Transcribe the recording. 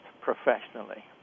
professionally